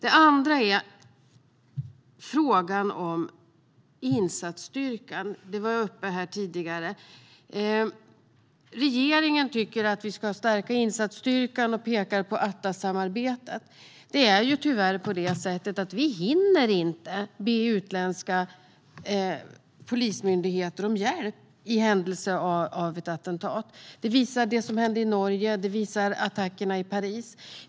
En annan viktig sak är frågan om insatsstyrkan. Den var uppe här tidigare. Regeringen tycker att vi ska stärka insatsstyrkan och pekar på Atlassamarbetet. Vi hinner tyvärr inte be utländska polismyndigheter om hjälp i händelse av ett attentat. Det visar det som hände i Norge; det visar attackerna i Paris.